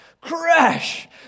Crash